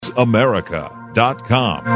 America.com